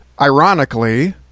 ironically